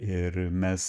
ir mes